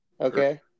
Okay